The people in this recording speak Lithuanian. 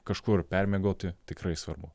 kažkur permiegoti tikrai svarbu